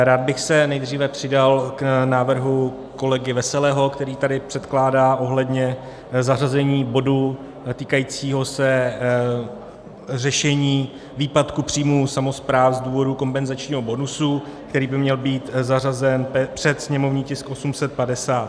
Rád bych se nejdříve přidal k návrhu kolegy Veselého, který tady předkládá ohledně zařazení bodu týkajícího se řešení výpadku příjmů samospráv z důvodu kompenzačního bonusu, který by měl být zařazen před sněmovní tisk 850.